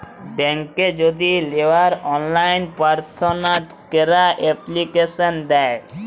ব্যাংকে যদি লেওয়ার অললাইন পার্থনা ক্যরা এপ্লিকেশন দেয়